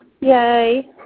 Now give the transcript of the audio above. Yay